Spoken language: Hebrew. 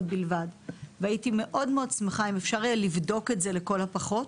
בלבד ואשמח מאוד אם אפשר לבדוק את זה לכל הפחות,